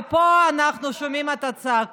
הרסתם את הכלכלה, פה אנחנו שומעים את הצעקות.